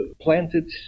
planted